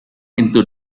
into